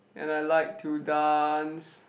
and I like to dance